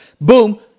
boom